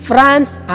France